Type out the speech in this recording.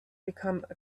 become